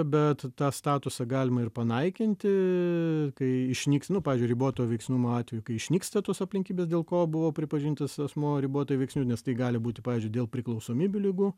bet tą statusą galima ir panaikinti kai išnyks nu pavyzdžiui riboto veiksnumo atveju kai išnyksta tos aplinkybės dėl ko buvo pripažintas asmuo ribotai veiksniu nes tai gali būti pavyzdžiui dėl priklausomybių ligų